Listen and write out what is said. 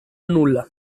nulla